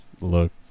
Look